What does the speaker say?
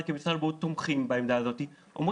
וכמשרד הבריאות אנחנו תומכים בעמדה הזו,